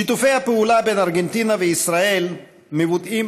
שיתופי הפעולה בין ארגנטינה וישראל באים